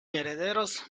herederos